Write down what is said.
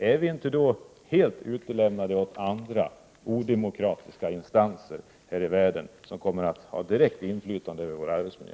Är vi då inte helt utlämnade åt andra, odemokratiska instanser här i världen, som kommer att ha ett direkt inflytande på vår arbetsmiljö?